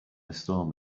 storm